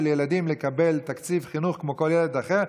הילדים לקבל תקציב חינוך כמו כל ילד אחר,